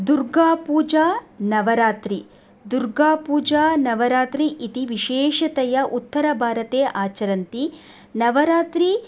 दुर्गापूजा नवरात्रिः दुर्गापूजा नवरात्रिः इति विशेषतया उत्तरभारते आचरन्ति नवरात्रिः